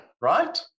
Right